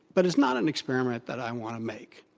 but it's not an experiment that i want to make.